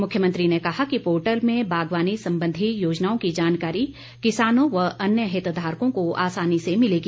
मुख्यमंत्री ने कहा कि पोर्टल में बागवानी संबंधी योजनाओं की जानकारी किसानों व अन्य हितधारकों को आसानी से मिलेगी